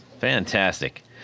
Fantastic